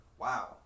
Wow